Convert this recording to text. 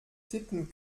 tippen